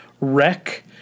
Wreck